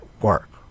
work